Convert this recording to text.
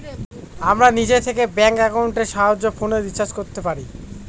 আমরা নিজে থেকে ব্যাঙ্ক একাউন্টের সাহায্যে ফোনের রিচার্জ করতে পারি